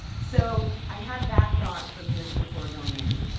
so, i had that thought, from years before, going in.